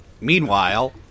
Meanwhile